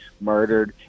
murdered